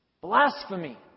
Blasphemy